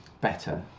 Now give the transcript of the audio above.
better